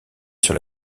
sur